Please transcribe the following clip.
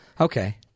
Okay